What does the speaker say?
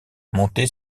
monté